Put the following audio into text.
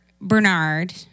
Bernard